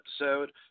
episode